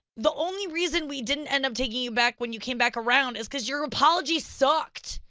the only reason we didn't end up taking you back when you came back around is because your apology sucked.